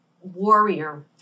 warrior